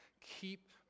Keep